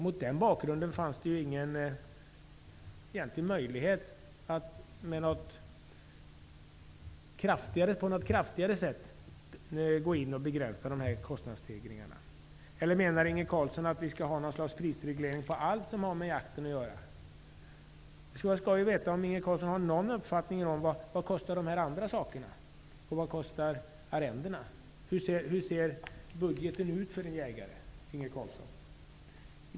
Mot den bakgrunden fanns det ingen egentlig möjlighet att på något kraftigare sätt begränsa de här kostnadsstegringarna. Eller menar Inge Carlsson att vi skall ha något slags prisreglering på allt som har med jakt att göra? Det skulle vara roligt att veta om Inge Carlsson har någon uppfattning om vad de andra sakerna kostar jämfört med vad arrendena kostar. Hur ser budgeten ut för en jägare, Inge Carlsson?